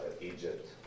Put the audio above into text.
Egypt